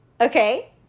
okay